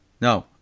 No